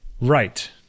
Right